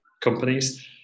companies